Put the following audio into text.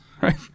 right